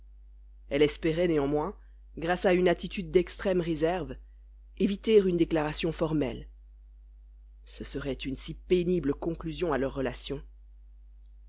elle espérait néanmoins grâce à une attitude d'extrême réserve éviter une déclaration formelle ce serait une si pénible conclusion à leurs relations